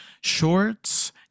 shorts